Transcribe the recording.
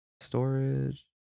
Storage